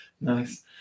nice